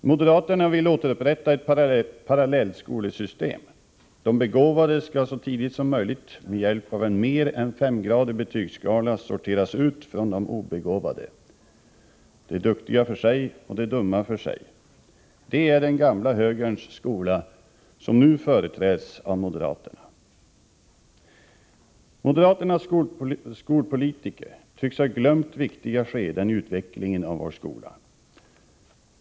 Moderaterna vill återupprätta ett parallellskolesystem. De begåvade skall så tidigt som möjligt med hjälp av en mer än femgradig betygsskala sorteras ut från de obegåvade — de duktiga för sig och de dumma för sig. Det är den gamla högerns skola som nu företräds av moderaterna. Moderaternas skolpolitiker tycks ha glömt viktiga skeden i utvecklingen av vår skola.